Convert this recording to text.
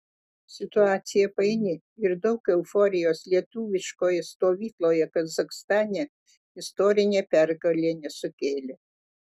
situacija paini ir daug euforijos lietuviškoje stovykloje kazachstane istorinė pergalė nesukėlė